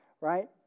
right